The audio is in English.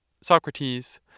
Socrates